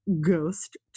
ghost